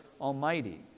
Almighty